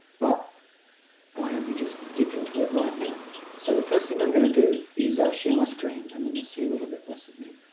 but why don't we just dip into it right now so the first thing i'm going to do is share my screen and then you'll see a little bit less of me.